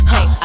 Hey